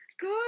Good